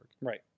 Right